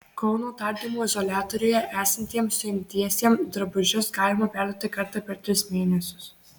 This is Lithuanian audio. kauno tardymo izoliatoriuje esantiem suimtiesiem drabužius galima perduoti kartą per tris mėnesius